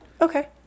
Okay